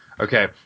Okay